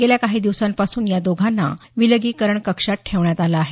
गेल्या काही दिवसांपासून या दोघांना विलगीकरण कक्षात ठेवण्यात आलं आहे